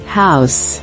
house